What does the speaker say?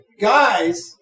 guys